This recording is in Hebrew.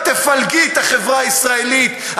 וכמה תפלגי את החברה הישראלית.